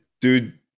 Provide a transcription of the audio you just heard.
dude